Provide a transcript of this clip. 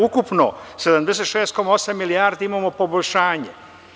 Ukupno 76,8 milijardi imamo poboljšanje.